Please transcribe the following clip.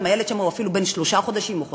אם הילד שם הוא אפילו בן שלושה חודשים או חודשיים,